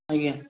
ଆଜ୍ଞା